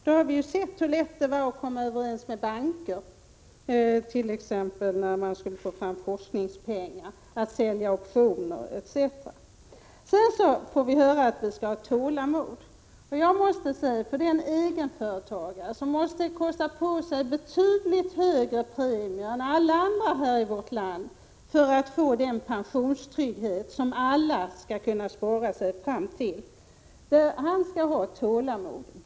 Vi har sett hur lätt det var att komma överens med banker, t.ex. när man skulle få fram forskningspengar, sälja optioner etc. Sedan får vi höra att vi skall ha tålamod. Den egenföretagare som måste kosta på sig betydligt högre premier än alla andra i vårt land, för att få den pensionstrygghet som alla skall kunna spara sig fram till, han skall ha tålamod.